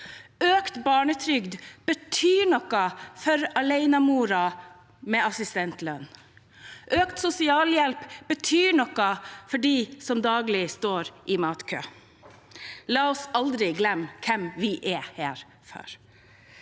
Økt barnetrygd betyr noe for alenemoren med assistentlønn. Økt sosialhjelp betyr noe for de som daglig står i matkø. La oss aldri glemme hvem vi er her for.